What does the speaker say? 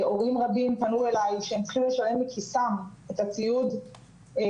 הורים רבים פנו אליי שהם צריכים לשלם מכיסם על הציוד השיקומי.